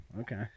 Okay